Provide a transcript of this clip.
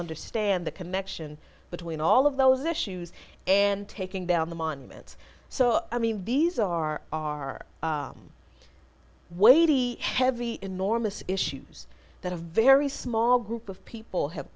understand the connection between all of those issues and taking down the monuments so i mean these are our weighty heavy enormous issues that a very small group of people have